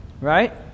right